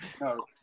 No